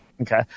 Okay